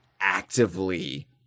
actively